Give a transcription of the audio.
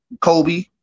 Kobe